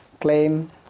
claim